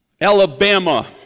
Alabama